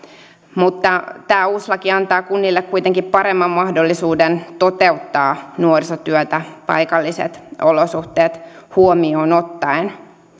mutta tämä uusi laki antaa kunnille kuitenkin paremman mahdollisuuden toteuttaa nuorisotyötä paikalliset olosuhteet huomioon ottaen